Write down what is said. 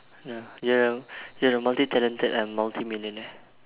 no you you are multi talented and multi millionaire